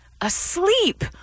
asleep